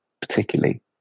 particularly